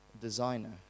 designer